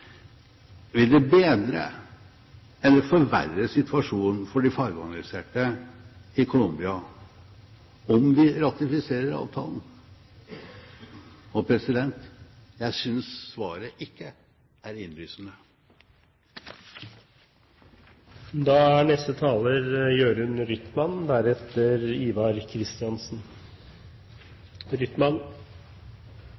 Vil det bedre eller forverre situasjonen for de fagorganiserte i Colombia om vi ratifiserer avtalen? Jeg synes svaret ikke er innlysende. Vi i Fremskrittspartiet er